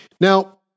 Now